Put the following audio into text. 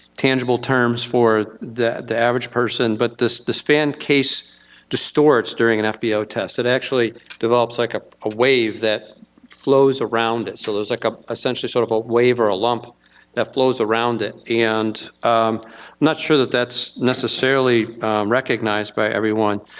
tangible terms for the the average person, but this this fan case distorts during an fbo test, it actually develops like ah a wave that flows around it, so there's like ah essentially sorta sort of a wave or a lump that flows around it, and i'm not sure that that's necessarily recognized by everyone,